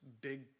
big